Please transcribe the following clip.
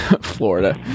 florida